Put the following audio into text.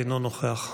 אינו נוכח,